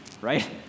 right